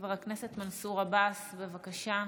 חבר הכנסת מנסור עבאס, בבקשה.